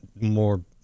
more